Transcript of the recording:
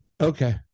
Okay